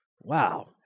Wow